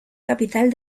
capital